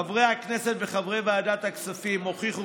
חברי הכנסת וחברי ועדת הכספים כבר הוכיחו